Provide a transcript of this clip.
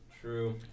True